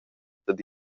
dad